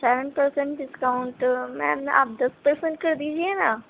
seven percent discount ma'am آپ دس percent کر دیجیے نا